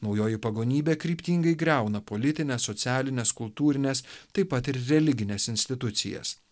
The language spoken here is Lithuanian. naujoji pagonybė kryptingai griauna politines socialines kultūrines taip pat ir religines institucijas